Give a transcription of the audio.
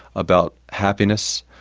about happiness,